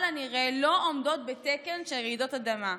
הנראה לא עומדות בתקן של רעידות אדמה.